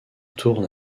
tourne